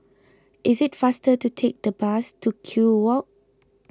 is it faster to take the bus to Kew Walk